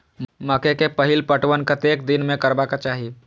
मकेय के पहिल पटवन कतेक दिन में करबाक चाही?